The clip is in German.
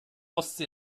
ostsee